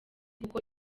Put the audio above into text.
kuko